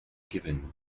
given